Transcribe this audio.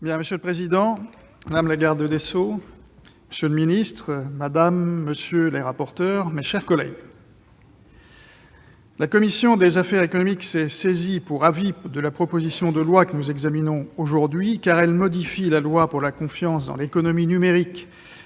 Monsieur le président, madame la garde des sceaux, monsieur le secrétaire d'État, mes chers collègues, la commission des affaires économiques s'est saisie pour avis de la proposition de loi que nous examinons aujourd'hui, car celle-ci modifie la loi pour la confiance dans l'économie numérique